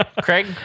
Craig